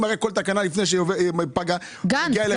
וכל תקנה לפני שפג תוקפה מגיעה אליכם.